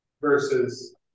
Versus